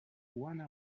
one